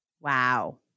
Wow